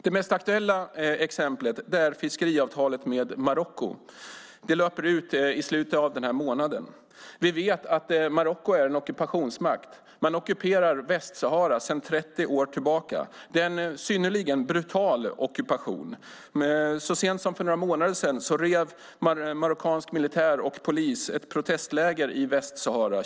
Det mest aktuella exemplet är fiskeavtalet med Marocko. Det löper ut i slutet av den här månaden. Vi vet att Marocko är en ockupationsmakt, man ockuperar Västsahara sedan 30 år tillbaka. Det är en synnerligen brutal ockupation. Så sent som för några månader sedan rev marockansk militär och polis ett protestläger i Västsahara.